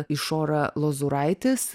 išora lozuraitis